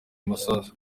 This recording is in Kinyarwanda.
masasu